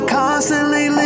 constantly